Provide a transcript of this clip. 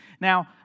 Now